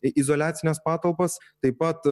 izoliacines patalpas taip pat